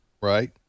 right